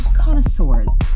connoisseurs